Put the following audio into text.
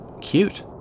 cute